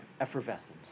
effervescent